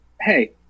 hey